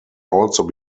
also